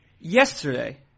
Yesterday